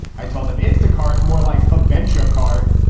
i told them instacart more like a venture card.